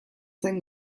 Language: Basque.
zen